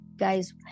guys